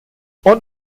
und